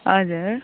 हजुर